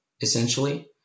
essentially